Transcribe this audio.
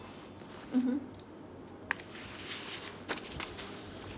mmhmm